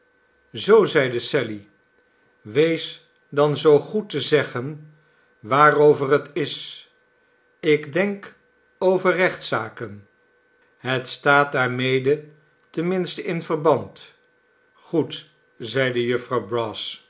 zoo i zeide sally wees dan zoo goed te zeggen waarover het is ik denk over rechtszaken het staat daarmede ten minste in verband goed zeide jufvrouw